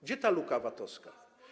Gdzie ta luka VAT-owska?